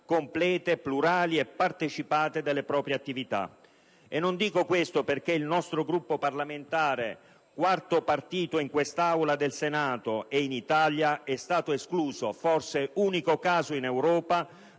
complete, plurali e partecipate delle proprie attività. Non dico questo perché il nostro Gruppo parlamentare, quarto partito in quest'Aula del Senato e in Italia, è stato escluso - forse unico caso in Europa